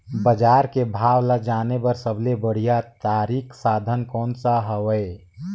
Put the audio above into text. बजार के भाव ला जाने बार सबले बढ़िया तारिक साधन कोन सा हवय?